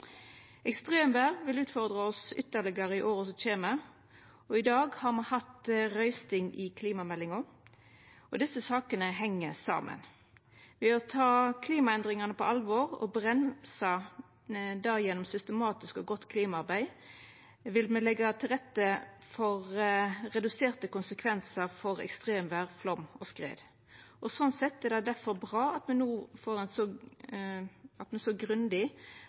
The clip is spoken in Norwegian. Ekstremver vil utfordra oss ytterlegare i åra som kjem. I dag har me hatt røysting i samband med klimameldinga, og desse sakene heng saman. Ved å ta klimaendringane på alvor og bremsa dei gjennom systematisk og godt klimaarbeid vil me leggja til rette for reduserte konsekvensar av ekstremver, flaum og skred. Sånn sett er det difor bra at me no har hatt ein så